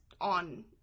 on